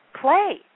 Play